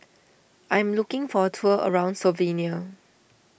I am looking for a tour around Slovenia